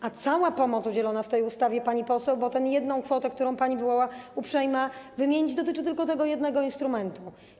A cała pomoc udzielona w tej ustawie, pani poseł, bo ta jedna kwota, którą pani była uprzejma wymienić, dotyczy tylko tego jednego instrumentu.